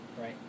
right